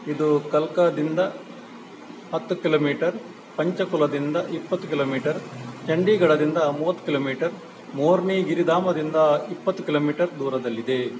ಇದು ಕಲ್ಕಾದಿಂದ ಹತ್ತು ಕಿಲೋಮೀಟರ್ ಪಂಚಕುಲದಿಂದ ಇಪ್ಪತ್ತು ಕಿಲೋಮೀಟರ್ ಚಂಡೀಗಡದಿಂದ ಮೂವತ್ತು ಕಿಲೋಮೀಟರ್ ಮೋರ್ನಿ ಗಿರಿಧಾಮದಿಂದ ಇಪ್ಪತ್ತು ಕಿಲೋಮೀಟರ್ ದೂರದಲ್ಲಿದೆ